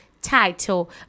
title